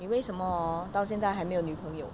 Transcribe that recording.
你为什么到现在还没有女朋友